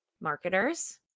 Marketers